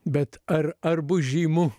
bet ar ar bus žymu